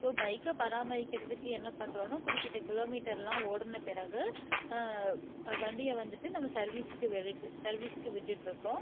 so பைக்கை பராமரிக்கிறதுக்கு என்ன பண்ணுறோன்னா குறிப்பிட்ட கிலோ மீட்டர்லாம் ஓடுன பிறகு வண்டியை வந்துட்டு நம்ப சர்விஸ்க்கு சர்விஸ்க்கு விட்டுட்டுருக்கோம்